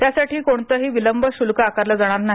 त्यासाठी कोणतेही विलंब शु्ल्क आकारले जाणार नाही